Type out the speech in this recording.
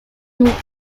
nous